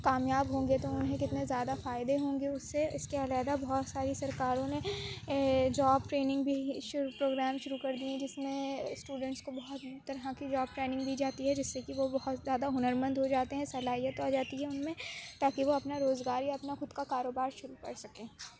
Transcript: کامیاب ہوں گے تو انہیں کتنے زیادہ فائدے ہوں گے اس سے اس کے علاحدہ بہت ساری سرکاروں نے جاب ٹریننگ بھی شروع پروگرام شروع کردیے ہیں جس میں اسٹوڈینٹس کو بہت طرح کی جاب ٹریننگ دی جاتی ہے جس سے کہ وہ بہت زیادہ ہنر مند ہو جاتے ہیں صلاحیت آ جاتی ہے ان میں تاکہ وہ اپنا روزگار یا اپنا خود كا كاروبار شروع كر سکیں